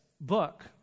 book